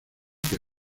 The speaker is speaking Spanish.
que